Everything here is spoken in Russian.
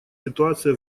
ситуация